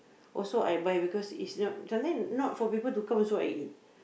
also I buy because it's not sometime not for people to come also I eat